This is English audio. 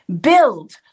build